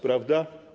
Prawda?